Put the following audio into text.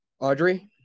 Audrey